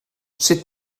sut